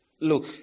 Look